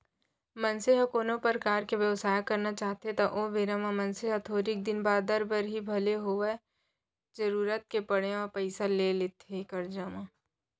मनसे ह कोनो परकार के बेवसाय करना चाहथे त ओ बेरा म मनसे ह थोरिक दिन बादर बर ही भले होवय जरुरत के पड़े म पइसा ल लेथे करजा म